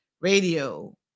radio